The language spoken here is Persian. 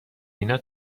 اینا